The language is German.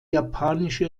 japanische